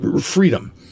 freedom